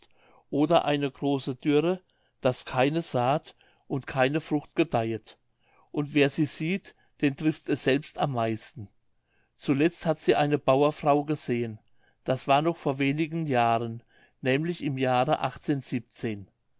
oder eine große dürre daß keine saat und keine frucht gedeihet und wer sie sieht den trifft es selbst am meisten zuletzt hat sie eine bauerfrau gesehen das war noch vor wenigen jahren nämlich im jahre